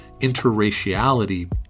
interraciality